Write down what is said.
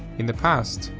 in the past,